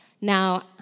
Now